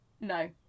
No